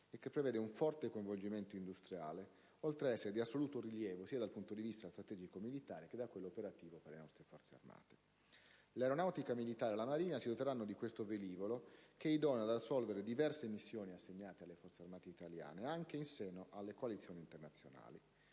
e che prevede un forte coinvolgimento industriale, oltre ad essere di assoluto rilievo sia dal punto di vista strategico-militare che da quello operativo per le nostre Forze armate. L'Aeronautica militare e la Marina si doteranno di questo velivolo, che è idoneo ad assolvere le diverse missioni assegnate alle Forze armate italiane, anche in seno alle coalizioni internazionali.